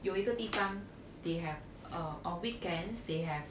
有一个地方 they have uh on weekends they have